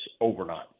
overnight